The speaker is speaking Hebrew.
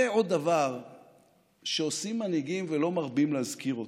זה עוד דבר שעושים מנהיגים ולא מרבים להזכיר אותו: